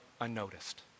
unnoticed